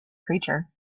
creature